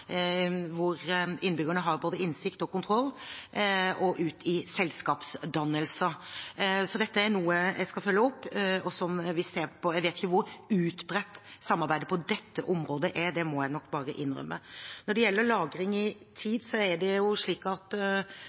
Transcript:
hvor innbyggerne har både innsikt og kontroll, og ut i selskapsdannelser. Dette er noe jeg skal følge opp, og som vi ser på. Jeg vet ikke hvor utbredt samarbeidet på dette området er, det må jeg nok bare innrømme. Når det gjelder lagring over tid, er det jo slik at